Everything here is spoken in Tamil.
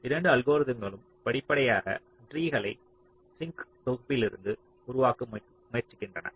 இரண்டு அல்கோரிதம்களும் படிப்படியாக ட்ரீகளை சிங்க் தொகுப்பிலிருந்து உருவாக்க முயற்சிக்கின்றன